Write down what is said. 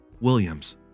Williams